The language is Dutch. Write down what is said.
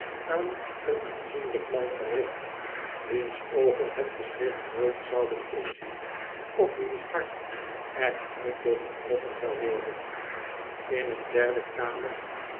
aan een aanzienlijk man gericht wiens oogen het geschrift nooit zouden inzien of wiens hart er nooit door getroffen zou worden in een derde kamer